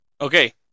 Okay